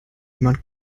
jemand